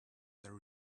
there